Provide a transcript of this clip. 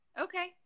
Okay